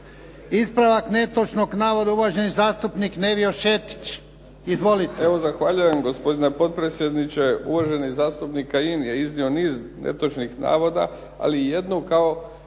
Ispravak netočnog navoda, uvaženi zastupnik Boris Kunst. **Kunst,